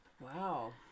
Wow